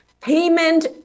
payment